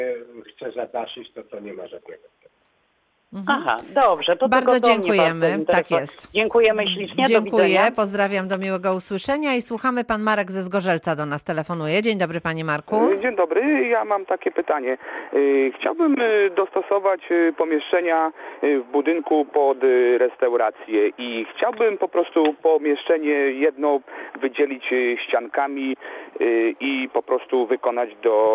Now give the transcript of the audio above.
chce zadaszyć, to to nie ma żadnego. Mhm. Aha, dobrze, to tylko Bardzo do mnie, dziękujemy. bardzo interesu- Tak jest. Dziękujemy ślicznie, do Dziękuję, widzenia. pozdrawiam, do miłego usłyszenia i słuchamy. Pan Marek ze Zgorzelca do nas telefonuje. Dzień dobry, panie Marku. E, dzień dobry. Ja mam takie pytanie. E, chciałbym, e, dostosować, e, pomieszczenia, e, w budynku pod, e, restaurację i chciałbym po prostu pomieszczenie jedno wydzielić, e, ściankami, e, i po prostu wykonać do-